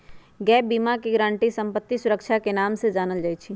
gap बीमा के guarantee संपत्ति सुरक्षा के नाम से जानल जाई छई